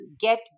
get